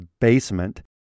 basement